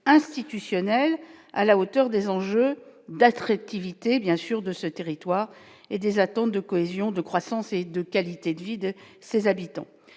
institutionnelles à la hauteur des enjeux date réactivité bien sûr de ce territoire et des attentes de cohésion, de croissance et de qualité de vie de ses habitants